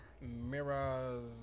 Mirrors